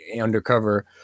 undercover